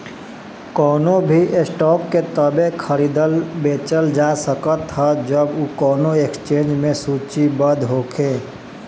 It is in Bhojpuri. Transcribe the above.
कवनो भी स्टॉक के तबे खरीदल बेचल जा सकत ह जब उ कवनो एक्सचेंज में सूचीबद्ध होखे